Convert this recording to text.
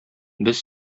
без